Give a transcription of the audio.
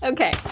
Okay